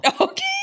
Okay